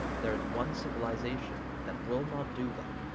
there is one civilization that will not do that.